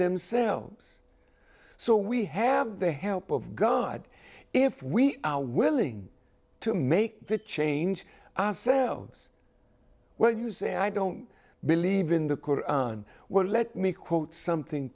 themselves so we have the help of god if we are willing to make the change ourselves where you say i don't believe in the well let me quote something